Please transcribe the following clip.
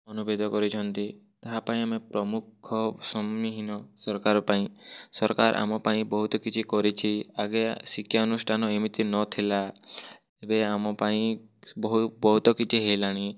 ଅନୁବେଦ କରିଛନ୍ତି ତାହା ପାଇଁ ଆମେ ପ୍ରମୁଖ ସରକାର ପାଇଁ ସରକାର ଆମ ପାଇଁ ବହୁତ କିଛି କରିଛି ଆଗେ ଶିକ୍ଷା ଅନୁଷ୍ଠାନ ଏମିତି ନଥିଲା ଏବେ ଆମ ପାଇଁ ବହୁତ ବହୁତ କିଛି ହେଲାଣି